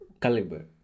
caliber